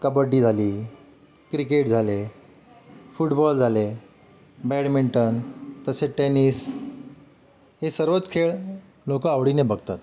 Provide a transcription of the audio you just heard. कबड्डी झाली क्रिकेट झाले फुटबॉल झाले बॅडमिंटन तसेच टेनिस हे सर्वच खेळ लोक आवडीने बघतात